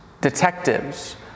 detectives